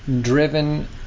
driven